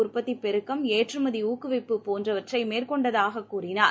உற்பத்தி பெருக்கம் ஏற்றுமதி ஊக்குவிப்பு போன்றவற்றை மேற்கொண்டதாக கூறினார்